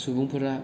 सुबुंफोरा